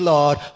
Lord